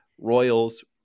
Royals